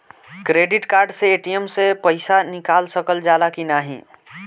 Credit card से ATM से पइसा निकाल सकल जाला की नाहीं?